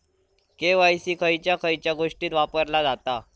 KYC खयच्या खयच्या गोष्टीत वापरला जाता?